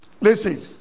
Listen